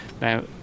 Now